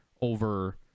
over